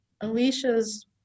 Alicia's